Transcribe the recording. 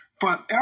Forever